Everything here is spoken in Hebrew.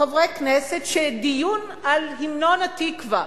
חברי הכנסת, דיון על המנון "התקווה"